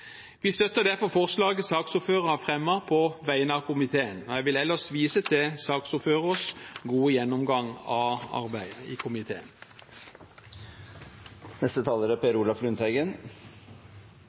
Vi støtter derfor forslaget saksordføreren har fremmet på vegne av komiteen. Jeg vil ellers vise til saksordførerens gode gjennomgang av arbeidet i komiteen.